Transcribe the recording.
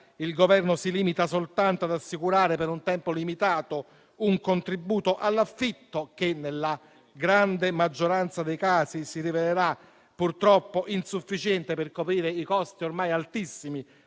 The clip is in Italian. il Governo si limita soltanto ad assicurare, per un tempo limitato, un contributo all'affitto. Contributo che, nella grande maggioranza dei casi, si rivelerà purtroppo insufficiente per coprire i costi ormai altissimi